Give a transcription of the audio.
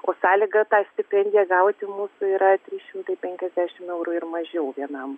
o sąlyga tą stipendiją gaut mūsų yra trys šimtai penkiasdešim eurų ir mažiau vienam